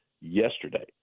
yesterday